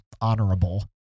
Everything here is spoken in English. honorable